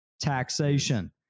taxation